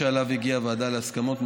שעליו הגיעה הוועדה להסכמות,